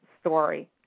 story